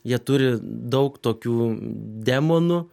jie turi daug tokių demonų